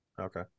Okay